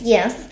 Yes